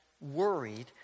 worried